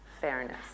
fairness